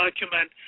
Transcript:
document